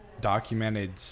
documented